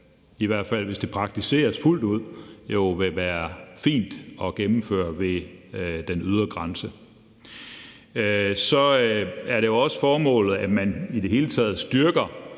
i hvert fald, hvis det praktiseres fuldt ud, vil være fint at gennemføre ved den ydre grænse. Så er det også formålet, at man i det hele taget styrker